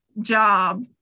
job